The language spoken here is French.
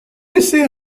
laisser